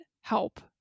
help